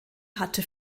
hatte